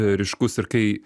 ryškus ir kai